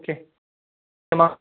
okay એમાં